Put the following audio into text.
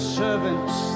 servants